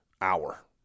hour